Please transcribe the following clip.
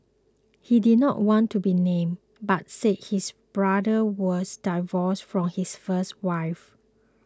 he did not want to be named but said his brother was divorced from his first wife